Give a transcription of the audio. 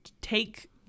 take